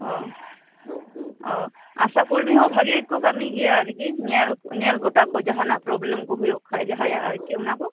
ᱚᱻ ᱚᱻ ᱟᱥᱟ ᱠᱚᱨᱢᱤ ᱦᱚᱸ ᱵᱷᱟᱜᱤ ᱜᱮᱠᱚ ᱠᱟᱹᱢᱤ ᱜᱮᱭᱟ ᱟᱨᱠᱤ ᱧᱮᱞ ᱧᱮᱞ ᱜᱚᱴᱟ ᱠᱚ ᱡᱟᱦᱟᱸᱱᱟᱜ ᱯᱚᱨᱳᱵᱮᱞᱮᱢ ᱠᱚ ᱦᱩᱭᱩᱜ ᱠᱷᱟᱱ ᱡᱟᱦᱟᱸᱭᱟᱜ ᱟᱨᱠᱤ ᱚᱱᱟ ᱠᱚ